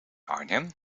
arnhem